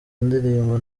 ndirimbo